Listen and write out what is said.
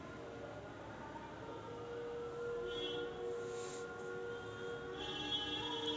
कायी दिसांसाठी कर्ज घ्याचं असल्यास त्यायचे परकार किती हाय?